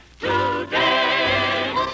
today